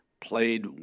played